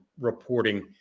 reporting